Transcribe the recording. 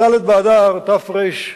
בד' באדר תרצ"ז,